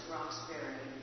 Roxbury